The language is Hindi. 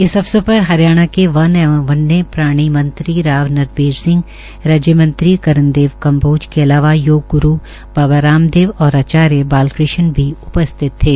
इस अवसर पर हरियाणा के वन एवं वन्य प्राणी मंत्रीराव नरबीर सिंह राज्य मंत्री कर्णदवे कम्बोज के अलावा योग ग्रू बाबा रामेदव और आचार्य बालकृष्ण भी उपस्थित थे